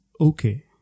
okay